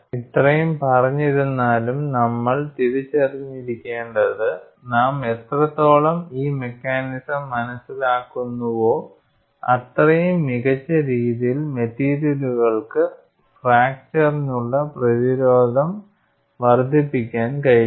ഇത്രയും പറഞ്ഞ് ഇരുന്നാലും നമ്മൾ തിരിച്ചറിഞ്ഞിരിക്കേണ്ടത് നാം എത്രത്തോളം ഈ മെക്കാനിസം മനസിലാക്കുന്നുവോ അത്രയും മികച്ച രീതിയിൽ മെറ്റീരിയലുകൾക്ക് ഫ്രാക്ചറ്റിനുള്ള പ്രതിരോധം വർദ്ധിപ്പിക്കാൻ കഴിയും